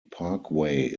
parkway